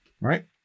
right